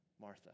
Martha